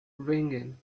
ringing